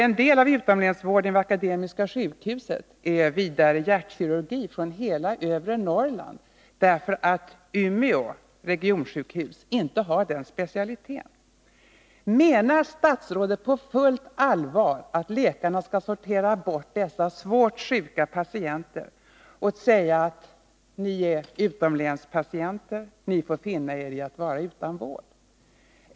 En del av utomlänsvården vid Akademiska sjukhuset gäller vidare hjärtkirurgi för patienter från hela övre Norrland, därför att Umeå regionsjukhus inte har den specialiteten. Menar statsrådet på fullt allvar att läkarna skall sortera bort dessa svårt sjuka patienter och säga: Ni är utomlänspatienter, ni får finna er i att vara utan vård.